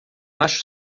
acho